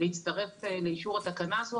להצטרף לאישור התקנה הזו,